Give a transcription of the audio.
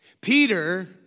Peter